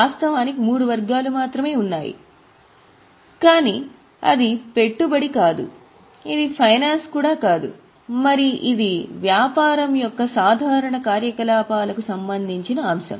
వాస్తవానికి మూడు వర్గాలు మాత్రమే ఉన్నాయి పైవి ఏవీ లేవు కానీ అది పెట్టుబడి కాదు ఇది ఫైనాన్స్ కూడా కాదు మరియు ఇది వ్యాపారం యొక్క సాధారణ కార్యకలాపాలకు సంబంధించిన అంశం